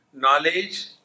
Knowledge